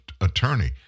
attorney